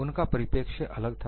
उनका परिपेक्ष्य अलग था